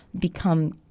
become